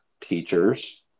teachers